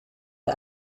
der